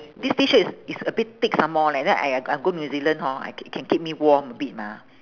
this T-shirt is is a bit thick some more leh then I I go new zealand hor I can can keep me warm a bit mah